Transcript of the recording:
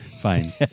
Fine